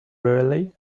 rely